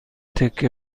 تکه